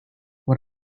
what